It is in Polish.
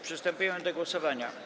Przystępujemy do głosowania.